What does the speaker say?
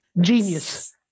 Genius